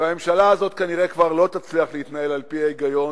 והממשלה הזאת כנראה כבר לא תצליח להתנהל על-פי ההיגיון,